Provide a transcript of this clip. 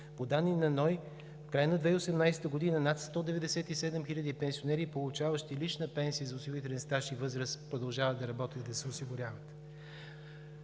По данни на НОИ в края на 2018 г. над 197 хиляди пенсионери, получаващи лична пенсия за осигурителен стаж и възраст, продължават да работят и да се осигуряват.